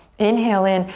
inhale in.